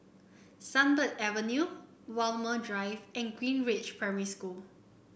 Sunbird Avenue Walmer Drive and Greenridge Primary School